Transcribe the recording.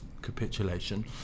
capitulation